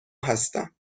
هستم